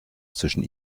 zwischen